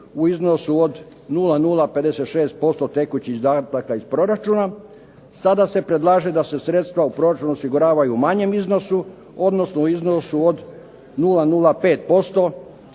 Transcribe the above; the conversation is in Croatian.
u iznosu od 00,56% tekućih izdataka iz proračuna. Sada se predlaže da se sredstva u proračunu osiguravaju u manjem iznosu odnosno u iznosu od 00,5%